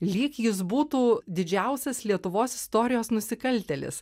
lyg jis būtų didžiausias lietuvos istorijos nusikaltėlis